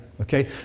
Okay